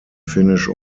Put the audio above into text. finnish